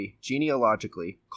genealogically